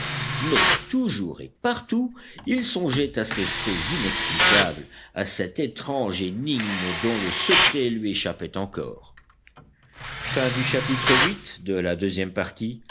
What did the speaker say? mais toujours et partout il songeait à ces faits inexplicables à cette étrange énigme dont le secret lui échappait encore